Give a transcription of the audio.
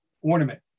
ornament